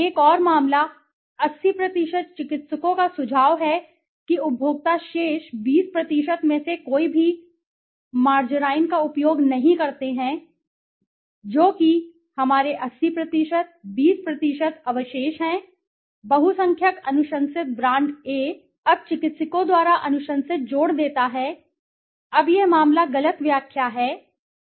एक और मामला 80 चिकित्सकों का सुझाव है कि उपभोक्ता शेष 20 में से कोई भी मार्जरीन का उपयोग नहीं करते हैं जो कि हमारे 80 20 अवशेष हैं बहुसंख्यक अनुशंसित ब्रांड ए ब्रांड A अब चिकित्सकों द्वारा अनुशंसित जोड़ देता है अब यह मामला गलत व्याख्या है क्यों